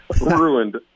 ruined